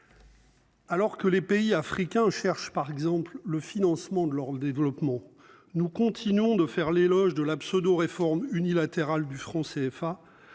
Alors que les pays africains cherche par exemple le financement de leur développement. Nous continuons de faire l'éloge de la pseudo réforme unilatérale du franc CFA